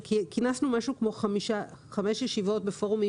כינסנו משהו כמו חמש ישיבות בפורומים